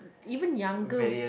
even younger